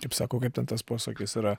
kaip sako kaip ten tas posakis yra